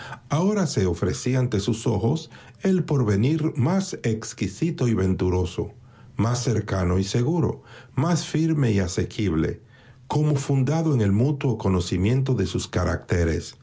ahora se ofrecía ante sus ojos el porvenir más exquisito y venturoso más cercano y seguro más firme y asequible como fundado en el mutuo conocimiento de sus caracteres